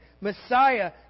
Messiah